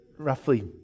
Roughly